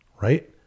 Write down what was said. right